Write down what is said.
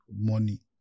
money